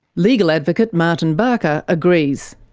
legal advocate martin barker agrees.